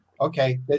okay